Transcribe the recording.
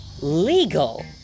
Legal